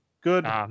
Good